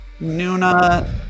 Nuna